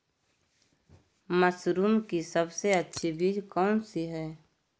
Mushroom की सबसे अच्छी बीज कौन सी है?